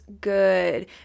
good